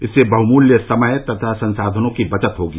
इससे बह्मूल्य समय तथा संसाधनों की बचत होगी